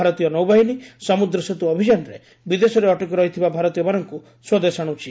ଭାରତୀୟ ନୌବାହିନୀ ସମ୍ରଦ୍ସେତ୍ର ଅଭିଯାନରେ ବିଦେଶରେ ଅଟକି ରହିଥିବା ଭାରତୀୟମାନଙ୍କୁ ସ୍ପଦେଶ ଆଶୁଛି